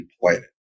planet